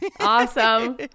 Awesome